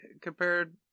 compared